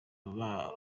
bavaga